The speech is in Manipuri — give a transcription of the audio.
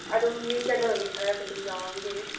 ꯑꯗꯨꯝ ꯃꯤꯡ ꯆꯟꯗꯕ ꯃꯤ ꯈꯔꯁꯨ ꯑꯗꯨꯝ ꯌꯥꯎꯔꯝꯈꯤꯅꯤ